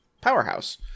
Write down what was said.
powerhouse